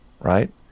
right